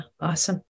awesome